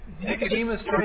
Nicodemus